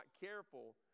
careful